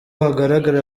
hagaragara